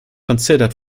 considered